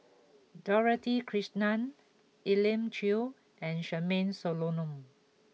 Dorothy Krishnan Elim Chew and Charmaine Solomon